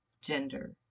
gender